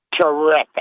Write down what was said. terrific